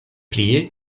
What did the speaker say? plie